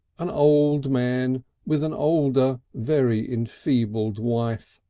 an old man with an older, very enfeebled wife,